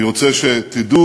אני רוצה שתדעו